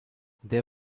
they